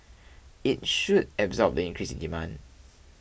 it should absorb the increase in demand